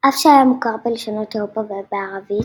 אף שהיה מוכר בלשונות אירופה ובערבית